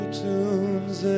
tunes